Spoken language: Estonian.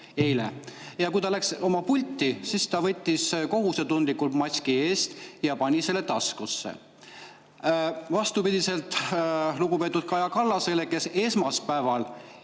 Eile. Kui ta läks pulti, siis ta võttis kohusetundlikult maski eest ja pani selle taskusse, vastupidiselt lugupeetud Kaja Kallasele, kes esmaspäeval